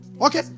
Okay